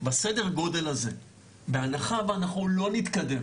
בסדר גודל הזה בהנחה ואנחנו לא נתקדם